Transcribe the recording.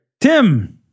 Tim